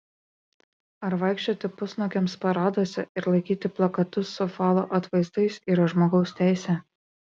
ar vaikščioti pusnuogiams paraduose ir laikyti plakatus su falo atvaizdais yra žmogaus teisė